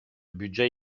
budget